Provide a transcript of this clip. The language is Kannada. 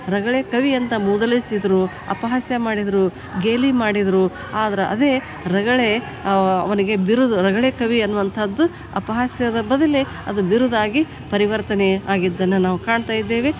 ರಗಳೆ ಕವಿ ಅಂತ ಮೂದಲಿಸಿದರು ಅಪಹಾಸ್ಯ ಮಾಡಿದರು ಗೇಲಿ ಮಾಡಿದರು ಆದ್ರೆ ಅದೇ ರಗಳೆ ಅವನಿಗೆ ಬಿರುದು ರಗಳೆ ಕವಿ ಎನ್ನುವಂಥದ್ದು ಅಪಹಾಸ್ಯದ ಬದ್ಲಿ ಅದು ಬಿರುದಾಗಿ ಪರಿವರ್ತನೆ ಆಗಿದ್ದನ್ನು ನಾವು ಕಾಣ್ತಾ ಇದ್ದೇವೆ